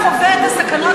אבל רגע, רגע.